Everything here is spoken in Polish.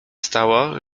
stało